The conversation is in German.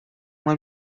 mal